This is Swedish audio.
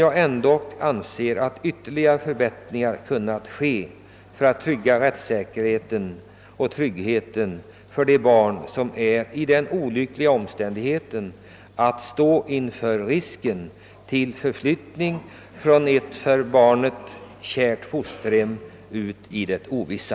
Likväl anser jag att ytterligare förbättringar kunnat göras för att tillvarata rättssäkerheten och tryggheten för de barn som befinner sig i den olyckliga omständigheten att stå inför risken av förflyttning från ett för barnet kärt fosterhem ut i det ovissa.